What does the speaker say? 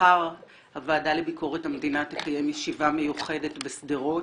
מחר הוועדה לביקורת המדינה תקיים ישיבה מיוחדת בשדרות